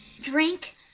drink